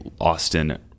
Austin